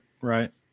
right